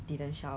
I think